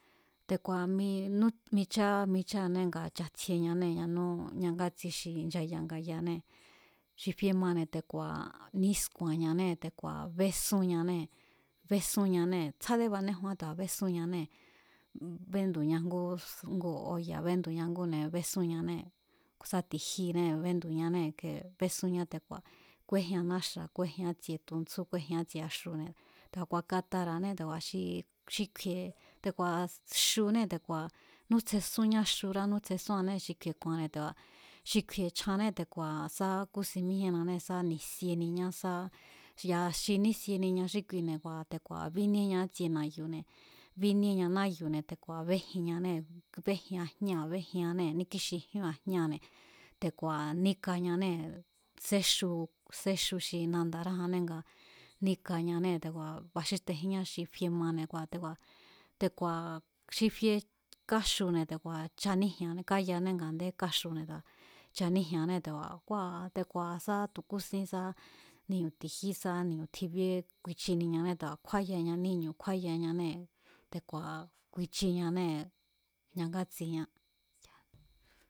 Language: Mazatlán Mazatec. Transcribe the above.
Te̱ku̱a̱ minú, micháá, micháanee̱ ngaa̱ cha̱tsjieñanée̱ ñanú ñangátsi xi nchaya nga̱yaanée̱ xi fie mane̱ te̱ku̱a̱ nísku̱a̱nñanée̱ te̱ku̱a̱ bésúnñanée̱, bésúnñanée̱ tsjádé banéjuán te̱ku̱a̱ bésúnñanée̱, béndu̱ña ngú ss, ngu oya̱ bendu̱ña ngúne̱ besúnñanée̱, ku̱ sa ti̱jinée̱ béndu̱ñanee̱ ike besúnñá te̱ku̱a̱ kúéjian náxa̱ kúéjian ítsie tuntsjú kúéjian ítsie axu̱ne̱, te̱ku̱a̱ ku̱a̱katara̱ané te̱ku̱a̱ xi, xi kju̱i̱e̱ ku̱a̱ xunée̱ te̱ku̱a̱ nútsjesúnñá xurá nútsjesúannée̱ xi kju̱i̱e̱ ku̱a̱nne̱ te̱ku̱a̱ xi kju̱i̱e̱ chjané te̱ku̱a̱ sá kúsin míjíénnánée̱ sá ni̱sieniñá sá ya̱a xi nísieniña xí kuine̱ kua̱ te̱ku̱a̱ bíníéña ítsie na̱yu̱ne̱ bíníéña náyu̱ne̱ te̱ku̱a̱ béjinñanée̱, béjian jñáa̱ béjiannée̱ níkíxijían jñáa̱ne̱ te̱ku̱a̱ níkañanée̱, séxu, séxu xi nandarájanne nga níkañanée̱ te̱ku̱a̱ baxíxtejíñá xi fie mane̱ kua̱ te̱ku̱a̱, te̱ku̱a̱ xi fie káxune̱ te̱ku̱a̱, chaníji̱e̱anée̱, káyaané nga a̱ndé káxune̱ te̱ku̱a̱ chaníji̱e̱ané te̱ku̱a̱ kua̱ te̱ku̱a̱ sá tu̱ kúsín sá ni̱u̱ ti̱jí sá ni̱u̱ tjibíé ku̱i̱chiniñané te̱ku̱a̱ kju̱a̱yaña níñu̱ kjúáyañanee̱, te̱ku̱a̱ ku̱i̱chiñanée̱ ñangátsiñá.